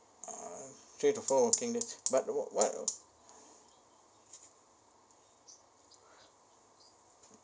uh three to four working days but what